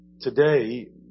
Today